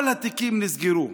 כל התיקים נסגרו.